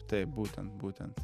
taip būtent būtent